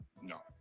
no